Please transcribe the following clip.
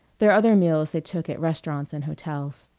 their other meals they took at restaurants and hotels.